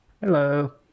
Hello